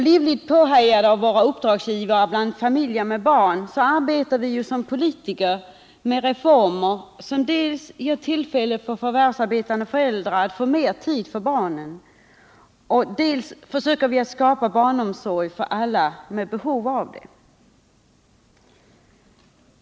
Livligt påhejade av våra uppdragsgivare bland familjer med barn arbetar vi politiker med reformer som dels ger förvärvsarbetande föräldrar mer tid för barnen, dels skapar barnomsorg för alla med behov därav.